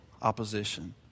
opposition